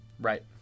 Right